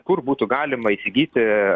kur būtų galima įsigyti